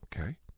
okay